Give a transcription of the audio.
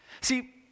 See